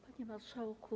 Panie Marszałku!